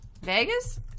Vegas